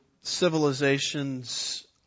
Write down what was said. civilizations